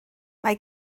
mae